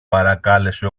παρακάλεσε